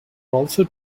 also